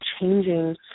changing